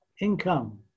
income